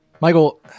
Michael